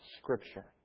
Scripture